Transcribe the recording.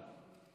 כחלון.